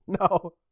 No